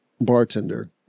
bartender